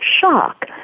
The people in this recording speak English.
shock